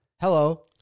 Hello